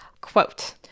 Quote